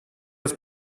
was